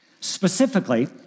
Specifically